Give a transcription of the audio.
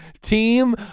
team